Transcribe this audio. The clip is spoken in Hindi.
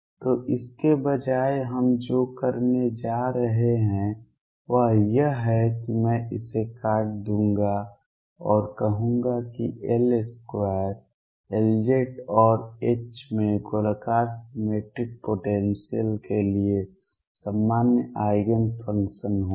तो इसके बजाय हम जो करने जा रहे हैं वह यह है कि मैं इसे काट दूंगा और कहूंगा कि L2 Lz और H में गोलाकार सिमेट्रिक पोटेंसियल के लिए सामान्य आइगेन फंक्शन होंगे